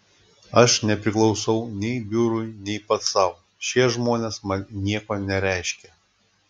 aš nepriklausau nei biurui nei pats sau šie žmonės man nieko nereiškia